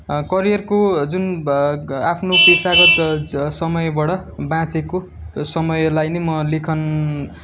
करियरको जुन भाग आफ्नो पेसागत समयबाट बाँचेको समयलाई नै म लेखन